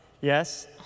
Yes